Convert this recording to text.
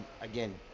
Again